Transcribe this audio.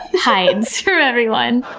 hides from everyone.